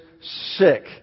sick